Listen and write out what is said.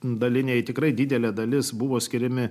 daliniai tikrai didelė dalis buvo skiriami